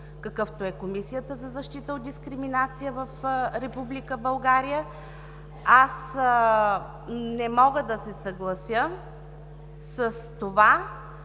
какъвто е Комисията за защита от дискриминация, в Република България. Аз не мога да се съглася с това,